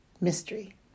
mystery